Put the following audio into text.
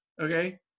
okay